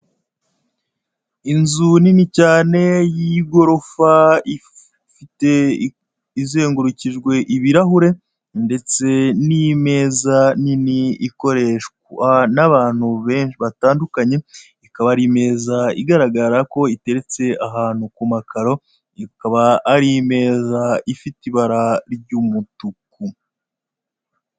Inzu nini cyane, y'igorofa, ifite, izengurukijwe ibirahure, ndetse n'imeza nini ikoreshwa n'abantu be batandukanye, ikaba ari imeza igaragara ko iteretse ahantu ku makaro, ikaba ari imeza ifite ibara ry'umutuku.